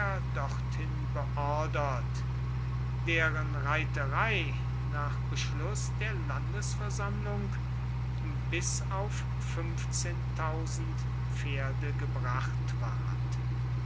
dorthin beordert deren reiterei nach beschluß der landesversammlung bis auf pferde gebracht ward